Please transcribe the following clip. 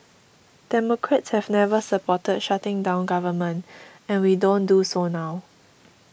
democrats have never supported shutting down government and we don't do so now